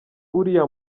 uriya